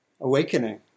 awakening